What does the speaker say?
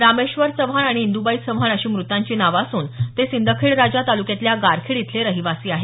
रामेश्वर चव्हाण आणि इंदुबाई चव्हाण अशी मृतांची नावं असून ते सिंदखेडराजा तालुक्यातल्या गारखेड इथले रहिवासी आहेत